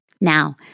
Now